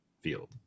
field